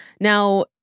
Now